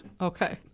Okay